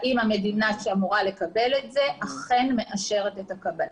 האם המדינה שאמורה לקבל את זה אכן מאשרת את הקבלה.